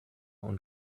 und